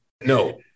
No